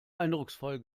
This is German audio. eindrucksvoll